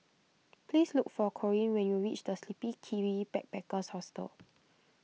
please look for Corean when you reach the Sleepy Kiwi Backpackers Hostel